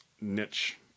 niche